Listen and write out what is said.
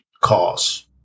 cause